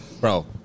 Bro